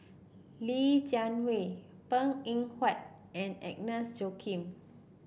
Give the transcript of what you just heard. Li Jiawei Png Eng Huat and Agnes Joaquim